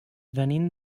venim